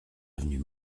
avenue